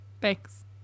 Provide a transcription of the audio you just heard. Thanks